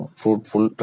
fruitful